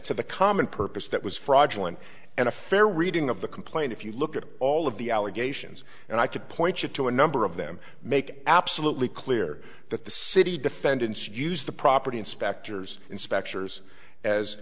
to the common purpose that was fraudulent and a fair reading of the complaint if you look at all of the allegations and i could point you to a number of them make absolutely clear that the city defendants used the property inspectors inspectors as